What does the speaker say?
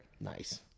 Nice